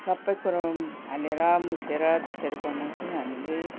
सबै कुरो हालेर मुसेर त्यसरी बनाउँछौँ हामीले